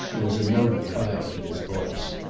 there was a note of triumph in his voice.